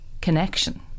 connection